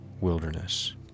wilderness